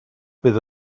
fydd